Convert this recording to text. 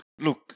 look